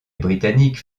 britanniques